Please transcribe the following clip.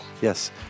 Yes